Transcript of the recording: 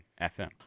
FM